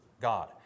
God